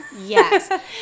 Yes